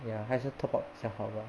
ya 还是 top up 被较好啦